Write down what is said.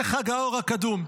זה חג האור הקדום.